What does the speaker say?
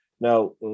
Now